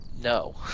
no